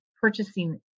purchasing